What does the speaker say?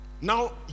now